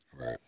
Right